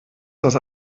das